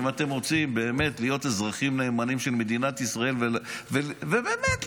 אם אתם רוצים באמת להיות אזרחים נאמנים של מדינת ישראל ובאמת להסתדר,